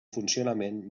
funcionament